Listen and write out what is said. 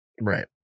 Right